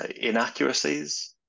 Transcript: inaccuracies